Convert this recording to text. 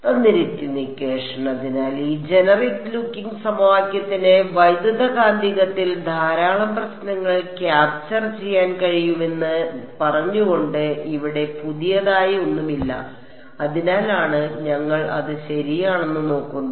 അതിനാൽ ഈ generic looking സമവാക്യത്തിന് വൈദ്യുതകാന്തികത്തിൽ ധാരാളം പ്രശ്നങ്ങൾ ക്യാപ്ചർ ചെയ്യാൻ കഴിയുമെന്ന് പറഞ്ഞുകൊണ്ട് ഇവിടെ പുതിയതായി ഒന്നുമില്ല അതിനാലാണ് ഞങ്ങൾ അത് ശരിയാണെന്ന് നോക്കുന്നത്